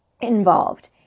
involved